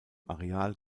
areal